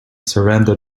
surrender